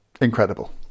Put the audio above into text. incredible